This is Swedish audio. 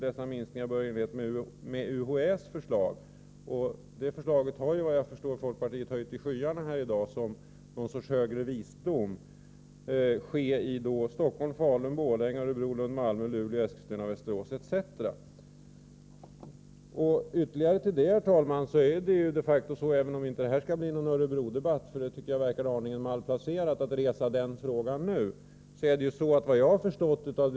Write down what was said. Dessa minskningar bör i enlighet med UHÄ:s förslag” — detta förslag har folkpartiet, såvitt jag förstår, höjt till skyarna här i dag som någon sorts högre visdom — ”avse högskoleenheterna i Stockholm, Falun-Borlänge, Örebro, Lund-Malmö, Luleå, Eskilstuna— Västerås, ———.” Även om detta inte skall bli någon Örebrodebatt — jag tycker att det verkar aningen malplacerat att resa frågan om högskolan i Örebro nu — vill jag ändå tillägga följande.